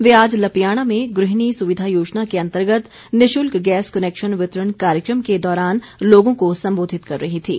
वे आज लपियाणा में गृहिणी सुविधा योजना के अंतर्गत निःशुल्क गैस कनैक्शन वितरण कार्यक्रम के दौरान लोगों को संबोधित कर रही थीं